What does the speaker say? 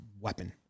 weapon